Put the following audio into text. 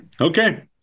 okay